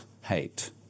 Hate